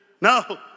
no